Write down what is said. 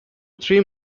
three